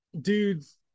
dudes